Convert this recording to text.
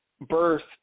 birth